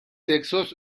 sexos